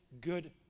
good